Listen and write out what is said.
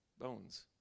bones